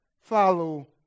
follow